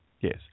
Yes